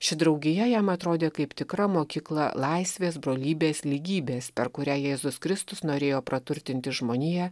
ši draugija jam atrodė kaip tikra mokykla laisvės brolybės lygybės per kurią jėzus kristus norėjo praturtinti žmoniją